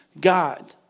God